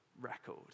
record